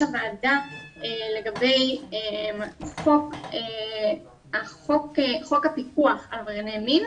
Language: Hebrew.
הוועדה לגבי חוק הפיקוח על עברייני מין.